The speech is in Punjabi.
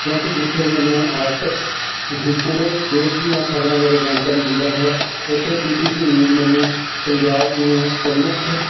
ਕਿਉਂਕਿ ਜਿੱਥੇ ਮੈਨੂੰ ਅੱਜ ਤੱਕ ਪੂਰੇ ਦੇਸ਼ ਦੀਆਂ ਖਬਰਾਂ ਬਾਰੇ ਜਾਣਕਾਰੀ ਦਿੰਦਾ ਹੈ ਉੱਥੇ ਪੀ ਟੀ ਸੀ ਨਿਊਜ਼ ਮੈਨੂੰ ਪੰਜਾਬ ਦੀਆਂ ਪ੍ਰਮੁੱਖ